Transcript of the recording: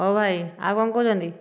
ହେଉ ଭାଇ ଆଉ କ'ଣ କହୁଛନ୍ତି